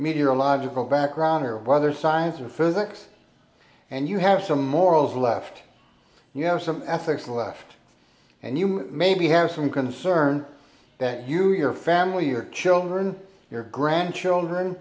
meteorological background or weather science or physics and you have some morals left you have some ethics left and you maybe have some concern that you your family your children your grandchildren